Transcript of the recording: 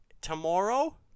Tomorrow